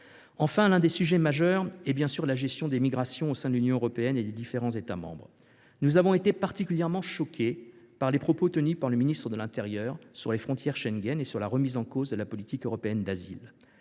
Enfin, l’un des sujets majeurs est bien sûr la gestion des migrations au sein de l’Union européenne et des différents États membres. Nous avons été particulièrement choqués par les propos tenus par le ministre de l’intérieur sur les frontières Schengen et sur la remise en cause de la politique européenne d’asile.